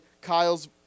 Kyle's